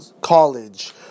college